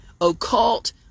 occult